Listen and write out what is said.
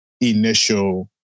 initial